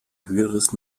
höheres